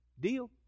Deal